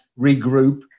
regroup